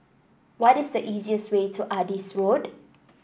what is the easiest way to Adis Road